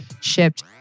shipped